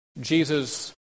Jesus